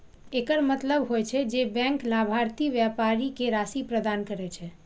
एकर मतलब होइ छै, जे बैंक लाभार्थी व्यापारी कें राशि प्रदान करै छै